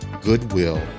goodwill